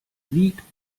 wiegt